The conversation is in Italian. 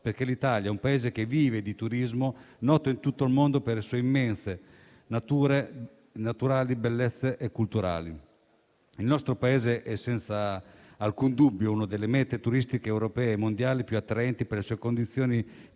infatti è un Paese che vive di turismo, noto in tutto il mondo per le sue immense bellezze naturali e culturali. Il nostro Paese è, senza alcun dubbio, una delle mete turistiche europee e mondiali più attraenti per le sue condizioni climatiche,